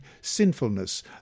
sinfulness